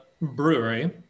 brewery